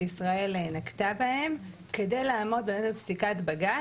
ישראל נקטה בהם כדי לעמוד בפסיקת בג"צ.